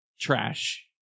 trash